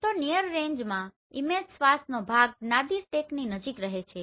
તો નીઅર રેજમાં ઇમેજ સ્વાથનો ભાગ નાદિર ટ્રેકની નજીક રહે છે